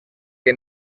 que